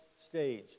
stage